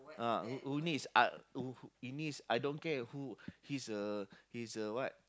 uh who who needs uh who you needs I don't care who he's a he's a what